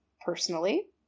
personally